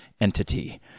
entity